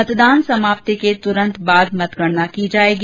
मतदान समाप्ति के तुरन्त बाद मतगणना की जायेगी